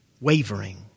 wavering